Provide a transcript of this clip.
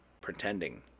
pretending